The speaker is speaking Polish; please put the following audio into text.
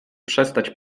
przestać